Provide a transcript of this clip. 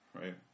right